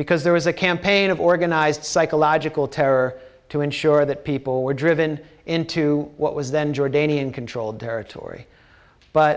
because there was a campaign of organized psychological terror to ensure that people were driven into what was then jordanian controlled territory but